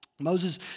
Moses